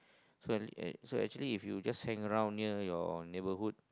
so actually so actually if you just hang around near your neighbourhood